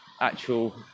actual